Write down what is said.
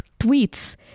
tweets